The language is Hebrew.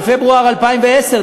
בפברואר 2012,